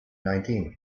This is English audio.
nineteen